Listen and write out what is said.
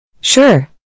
Sure